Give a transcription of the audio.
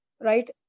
right